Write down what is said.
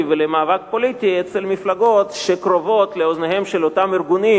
ולמאבק פוליטי אצל מפלגות שקרובות לאוזניהם של אותם ארגונים,